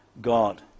God